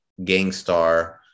Gangstar